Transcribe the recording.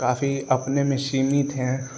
काफ़ी अपने में सीमित हैं